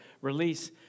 release